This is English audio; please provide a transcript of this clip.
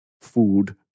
food